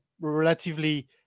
relatively